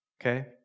okay